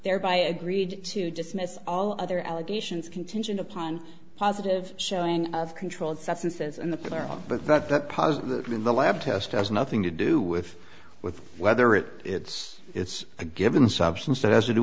thereby agreed to dismiss all other allegations contingent upon positive showing of controlled substances in the plural but that the positive in the lab test has nothing to do with with whether it's it's it's a given substance that has to do